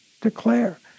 Declare